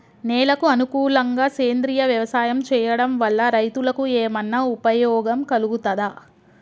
నేలకు అనుకూలంగా సేంద్రీయ వ్యవసాయం చేయడం వల్ల రైతులకు ఏమన్నా ఉపయోగం కలుగుతదా?